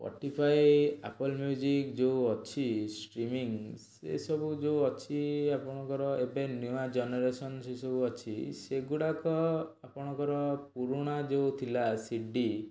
Spotify Apple music ଯେଉଁ ଅଛି streaming ସେସବୁ ଯେଉଁ ଅଛି ଆପଣଙ୍କର ଏବେ ନୂଆ ଜେନେରେସନ୍ ସେସବୁ ଅଛି ସେଗୁଡ଼ାକ ଆପଣଙ୍କର ପୁରୁଣା ଯେଉଁ ଥିଲା ସି ଡ଼ି